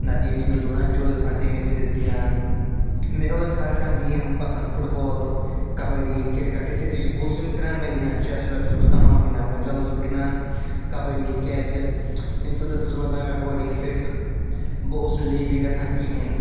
نَتہٕ ییٚمہِ وِزِ اوس لَنٛچ اوس گژھان تَمہِ وِزِ ٲسۍ أسۍ گِنٛدان مےٚ ٲسۍ ہر کانٛہہ گیم پَسنٛد فُٹبال کَبَڈی کرکٹ أسۍ ٲسۍ یہِ بہٕ اوُسُس یِم ترٛیٚنؤے گِنٛدان چیٚس ویٚس اوسُس بہٕ تمام گِنٛدان مگر زیٛادٕ اوسُس بہٕ گِنٛدان کَبَڈی کیٛازِ تَمہِ سۭتۍ ٲس روزان مےٚ باڈی فِٹ بہٕ اوسُس نہٕ لیزی گژھان کِہیٖنۍ